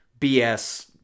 BS